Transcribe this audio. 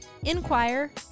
Inquire